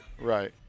Right